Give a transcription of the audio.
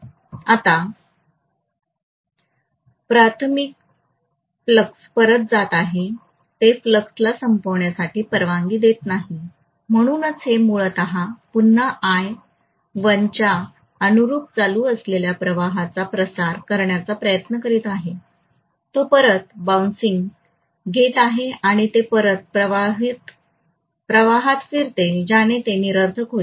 आता प्राथमिक फ्लक्स परत जात आहे ते फ्लक्सला संपवण्यासाठी परवानगी देत नाही म्हणूनच हे मूलतः पुन्हा आय I1 च्या अनुरुप चालू असलेल्या प्रवाहाचा प्रसार करण्याचा प्रयत्न करीत आहे तो परत उसळी घेत आहे आणि ते असे प्रवाहात फिरते ज्यांने ते निरर्थक होईल